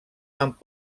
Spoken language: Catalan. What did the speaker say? amb